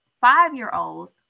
five-year-olds